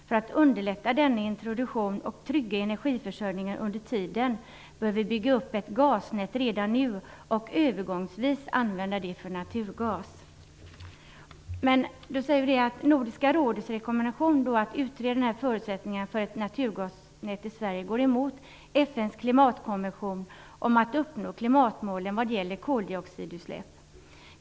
För att underlätta denna introduktion och trygga energiförsörjningen under tiden bör vi bygga upp ett gasnät redan nu och övergångsvis använda det för naturgas. Men Nordiska rådets rekommendation att utreda förutsättningarna för ett naturgasnät i Sverige går emot FN:s klimatkonvention om att uppnå klimatmålen vad gäller koldioxidutsläpp.